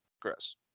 Chris